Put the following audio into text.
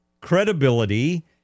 credibility